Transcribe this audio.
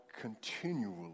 continually